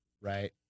right